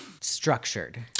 structured